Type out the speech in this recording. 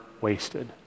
wasted